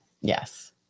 Yes